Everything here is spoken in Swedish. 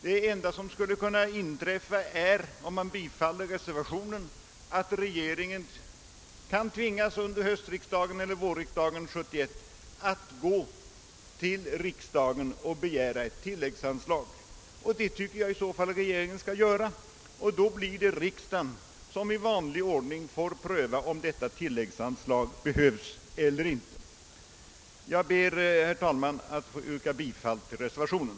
Vid bifall till reservationen är egentligen den enda konsekvensen att regeringen under höstriksdagen 1970 eller vårriksdagen 1971 kan tvingas att vända sig till riksdagen och begära ett tilläggsanslag och det tycker jag att regeringen i så fall skall göra, varvid riksdagen i vanlig ordning får pröva om detta tilläggsanslag behövs. Herr talman! Jag ber att få yrka bifall till reservationen.